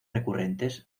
recurrentes